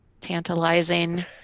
tantalizing